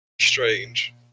strange